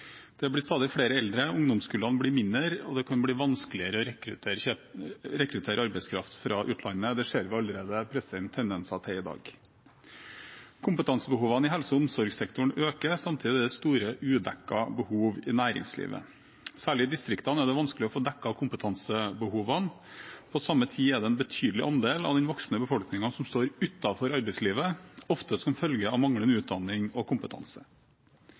Det blir stadig flere eldre, ungdomskullene blir mindre, og det kan bli vanskeligere å rekruttere arbeidskraft fra utlandet. Det ser vi allerede tendenser til i dag. Kompetansebehovene i helse- og omsorgssektoren øker, samtidig er det store udekkede behov i næringslivet. Særlig i distriktene er det vanskelig å få dekket kompetansebehovene. På samme tid er det en betydelig andel av den voksne befolkningen som står utenfor arbeidslivet, ofte som følge av manglende utdanning og kompetanse.